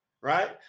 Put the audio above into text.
right